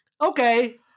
okay